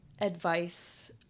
advice